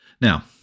Now